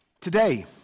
Today